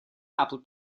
apple